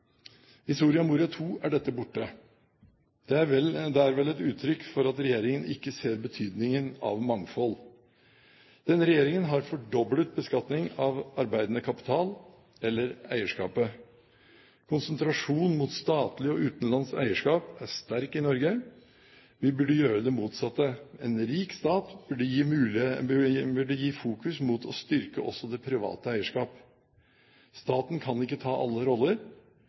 I Soria Moria II er dette borte. Det er vel et uttrykk for at regjeringen ikke ser betydningen av mangfold. Denne regjeringen har fordoblet beskatningen av arbeidende kapital eller eierskapet. Konsentrasjonen mot statlig og utenlandsk eierskap er sterk i Norge. Vi burde gjøre det motsatte. En rik stat burde fokusere på å styrke også det private eierskap. Staten kan ikke ta alle roller.